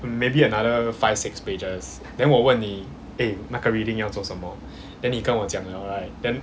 maybe another five six pages then 我问你 eh 那个 reading 要做什么 then 你跟我讲了 right then